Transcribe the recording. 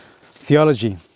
theology